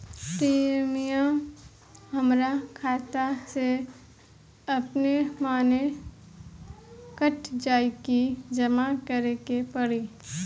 Premium हमरा खाता से अपने माने कट जाई की जमा करे के पड़ी?